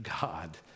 God